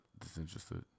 disinterested